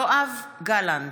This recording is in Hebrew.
יואב גלנט,